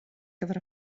gyfer